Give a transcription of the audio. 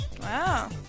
Wow